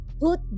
put